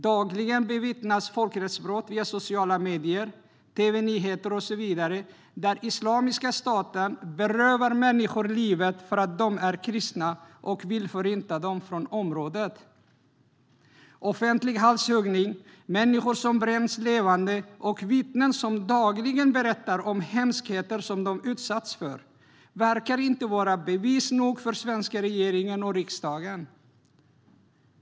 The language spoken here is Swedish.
Dagligen bevittnas folkrättsbrott via sociala medier, tv-nyheter och så vidare där Islamiska staten berövar människor livet för att de är kristna och man vill förinta dem och förvisa dem från området. Offentlig halshuggning, människor som bränns levande och vittnen som dagligen berättar om hemskheter som de utsatts för verkar inte vara bevis nog för den svenska regeringen och riksdagen.